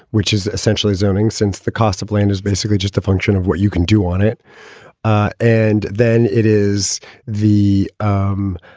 which is essentially zoning, since the cost of land is basically just a function of what you can do on it ah and then it is the um